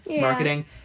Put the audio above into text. marketing